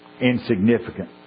insignificant